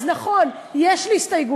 אז נכון, יש לי הסתייגויות,